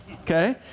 Okay